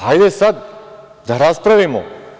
Hajde sad da raspravimo.